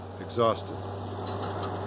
exhausted